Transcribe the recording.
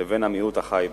לבין המיעוט החי בה.